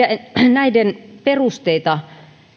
sen perusteita